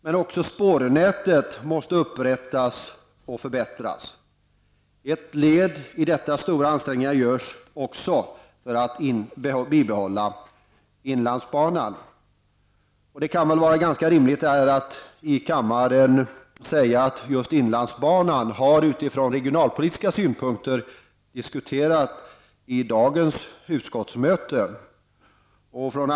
Men även spårnätet måste upprustas och förbättras. Ett led i detta är att stora ansträngningar görs för att bibehålla inlandsbanan. Det kan väl vara rimligt att just nu här i kammaren meddela att inlandsbanan utifrån regionalpolitiska synpunkter har diskuterats i dagens utskottssammanträde.